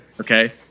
okay